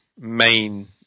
main